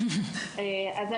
אני